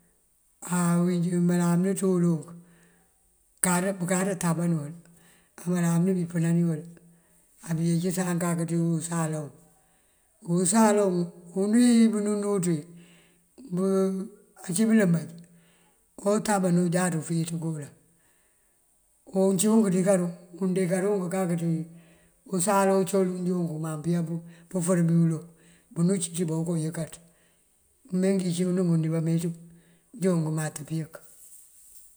Áaa wí melamine ţu wul bënkáţa tában wul. Á melamine bí epënani wël abiyecësan kak ti wí usala wun. Usala wun unú wí bënú núuţ wí ací bëlëmar otában jáaţ ufíiţ kaloŋ. Oncink dí karum undinkarunk kak ţí usal uncol unjoonk umaŋ pëyá pëfër bi wulo bënú cíţ bá okooyënkaţ me ngí cundu ngun dí bameeţú joon ngëmat pëyënk.